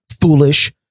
foolish